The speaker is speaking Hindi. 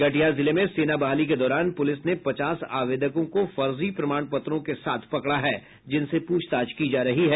कटिहार जिले में सेना बहाली के दौरान पूलिस ने पचास आवेदकों को फर्जी प्रमाण पत्रों के साथ पकड़ा है जिनसे पूछताछ की जा रही है